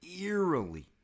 eerily